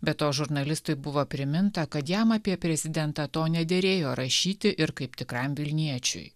be to žurnalistui buvo priminta kad jam apie prezidentą to nederėjo rašyti ir kaip tikram vilniečiui